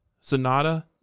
Sonata